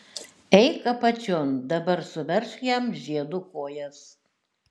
eik apačion dabar suveržk jam žiedu kojas